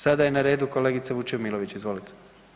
Sada je na redu kolegica Vučemilović, izvolite.